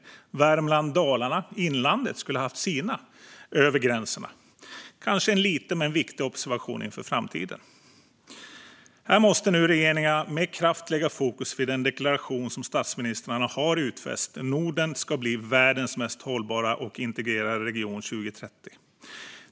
Även Värmland, Dalarna och Innlandet skulle ha sina egna, över gränserna. Detta är kanske en liten men viktig observation inför framtiden. Här måste nu regeringarna med kraft lägga fokus på den deklaration som statsministrarna har utfäst om att Norden ska bli världens mest hållbara och integrerade region 2030.